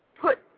put